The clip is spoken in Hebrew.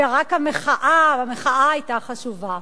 ורק המחאה היתה חשובה.